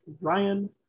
Ryan